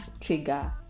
trigger